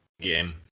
game